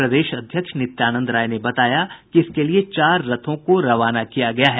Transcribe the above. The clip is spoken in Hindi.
प्रदेश अध्यक्ष नित्यानंद राय ने बताया कि इसके लिये चार रथों को रवाना किया गया है